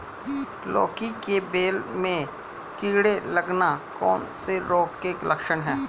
लौकी की बेल में कीड़े लगना कौन से रोग के लक्षण हैं?